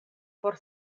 por